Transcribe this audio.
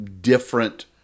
different